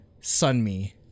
Sunmi